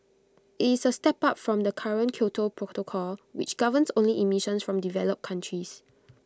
IT is A step up from the current Kyoto protocol which governs only emissions from developed countries